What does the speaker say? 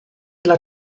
dla